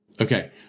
Okay